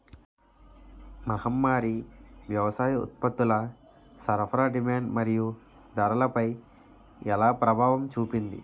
మహమ్మారి వ్యవసాయ ఉత్పత్తుల సరఫరా డిమాండ్ మరియు ధరలపై ఎలా ప్రభావం చూపింది?